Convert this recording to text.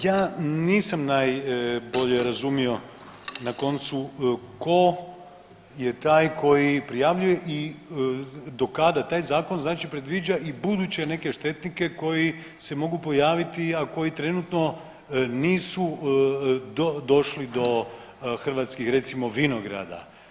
Ja nisam najbolje razumio na koncu ko je taj koji prijavljuje i do kada taj zakon predviđa i buduće neke štetnike koji se mogu pojaviti, a koji trenutno nisu došli do hrvatskih recimo vinograda.